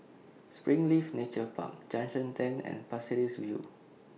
Springleaf Nature Park Junction ten and Pasir Ris View